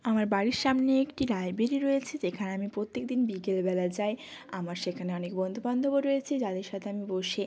আমার বাড়ির সামনে একটি লাইব্রেরি রয়েছে যেখানে আমি প্রত্যেকদিন বিকেলবেলা যাই আমার সেখানে অনেক বন্ধুবান্ধবও রয়েছে যাদের সাথে আমি বসে